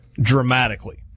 dramatically